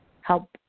help